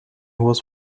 was